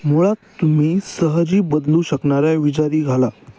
मुळात तुम्ही सहजी बदलू शकणाऱ्या विजारी घाला